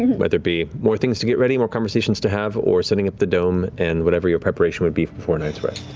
whether it be more things to get ready, more conversations to have or setting up the dome and whatever your preparation would be before a night's rest.